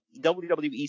WWE